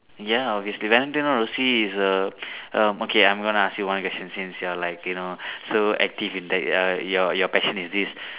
ya obviously Valentino Rossi is err um okay I'm gonna ask you one question since you are like you know so active in that uh your passion is this